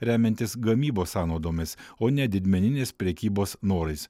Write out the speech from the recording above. remiantis gamybos sąnaudomis o ne didmeninės prekybos norais